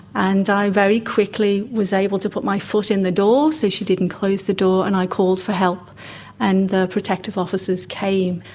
and i very quickly was able to put my foot in the door so she didn't close the door and i called for help and the protective officers came.